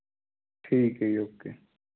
ਠੀਕ ਹੈ ਜੀ ਉਕੇ